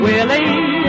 Willie